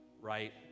right